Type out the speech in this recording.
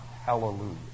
hallelujah